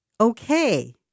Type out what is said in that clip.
okay